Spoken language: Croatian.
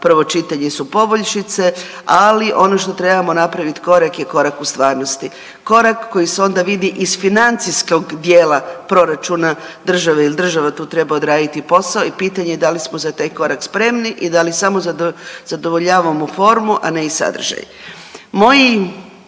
prvo čitanje su poboljšice, ali ono što trebamo napraviti je korak je korak u stvarnosti. Korak koji se onda vidi iz financijskog dijela proračuna države jel država tu treba odraditi posao i pitanje da li smo za taj korak spremni i da li samo zadovoljavamo formu, a ne i sadržaj. Moja